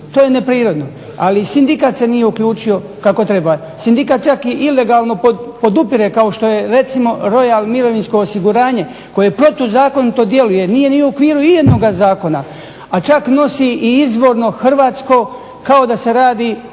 To je neprirodno. Ali sindikat se nije uključio kako treba, sindikat čak i ilegalno podupire kao što je recimo Royal mirovinsko osiguranje koje protuzakonito djeluje. Nije u okviru nijednoga zakona, a čak nosi i izvorno hrvatsko kao da se radi